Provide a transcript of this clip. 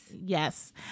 Yes